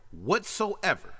whatsoever